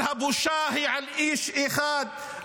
אבל הבושה היא על איש אחד,